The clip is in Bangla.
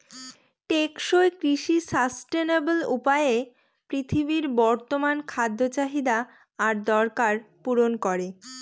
টেকসই কৃষি সাস্টেইনাবল উপায়ে পৃথিবীর বর্তমান খাদ্য চাহিদা আর দরকার পূরণ করে